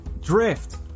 Drift